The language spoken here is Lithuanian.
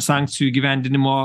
sankcijų įgyvendinimo